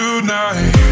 Tonight